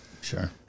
Sure